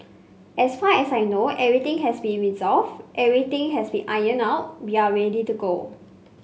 as far as I know everything has been resolved everything has been ironed out we are ready to go